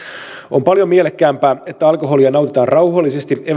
on paljon mielekkäämpää että alkoholia nautitaan rauhallisesti eväiden